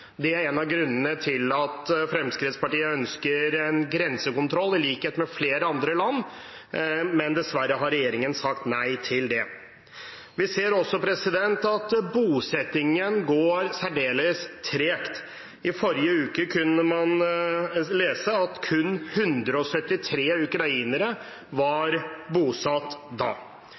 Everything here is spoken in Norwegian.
Det er en av grunnene til at Fremskrittspartiet ønsker en grensekontroll, i likhet med flere andre land, men dessverre har regjeringen sagt nei til det. Vi ser også at bosettingen går særdeles tregt. I forrige uke kunne man lese at kun 173 ukrainere var bosatt da.